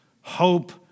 hope